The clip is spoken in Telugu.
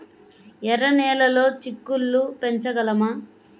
ఎర్ర నెలలో చిక్కుళ్ళు పెంచగలమా?